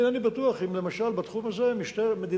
אני אינני בטוח אם למשל בתחום הזה מדינת